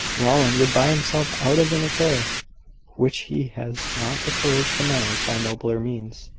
rowland would buy himself out of an affair which he has not the courage to manage by nobler means.